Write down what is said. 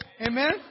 Amen